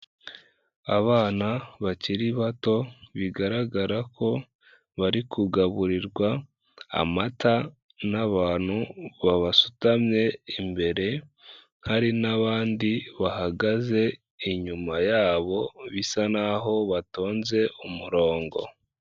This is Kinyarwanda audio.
Abana bakiri bato, bigaragara ko bari kugaburirwa amata n'abantu babasutamye imbere, hari n'abandi bahagaze inyuma yabo bisa n'aho batonze umurongo.